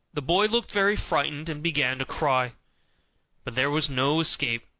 the boy looked very frightened and began to cry but there was no escape,